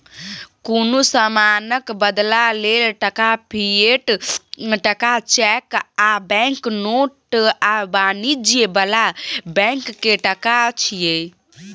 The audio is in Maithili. कुनु समानक बदला लेल टका, फिएट टका, चैक आ बैंक नोट आ वाणिज्य बला बैंक के टका छिये